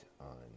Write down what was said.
on